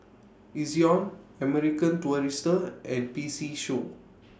Ezion American Tourister and P C Show